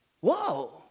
Whoa